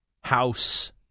House